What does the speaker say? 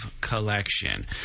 collection